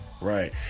Right